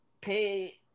pay